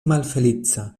malfeliĉa